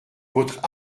votre